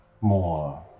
more